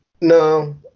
No